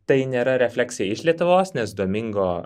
tai nėra refleksija iš lietuvos nes domingo